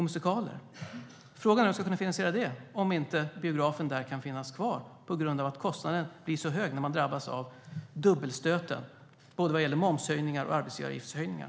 Frågan är hur de ska kunna finansiera det om biografen inte kan finnas kvar där på grund av att kostnaden blir så hög när man drabbas av dubbelstöten, både momshöjningar och arbetsgivaravgiftshöjningar.